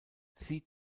sie